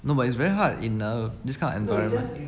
no but it's very hard in uh this kind of environment you go there